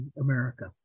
America